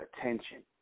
attention